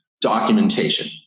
documentation